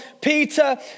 Peter